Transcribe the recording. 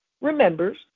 remembers